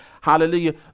hallelujah